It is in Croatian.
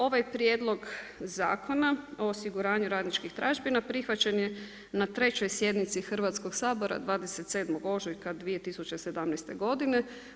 Ovaj prijedlog Zakona o osiguranju radničkih tražbina, prihvaćen je na 3 sjednici Hrvatskog sabora, 27. ožujka 2017. godine.